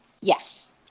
Yes